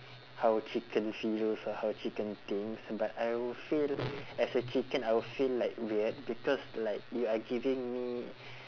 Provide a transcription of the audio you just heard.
how a chicken feels or how chicken thinks but I would feel as a chicken I will feel like weird because like you are giving me